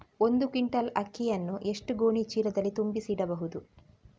ಒಂದು ಕ್ವಿಂಟಾಲ್ ಅಕ್ಕಿಯನ್ನು ಎಷ್ಟು ಗೋಣಿಚೀಲದಲ್ಲಿ ತುಂಬಿಸಿ ಇಡಬಹುದು?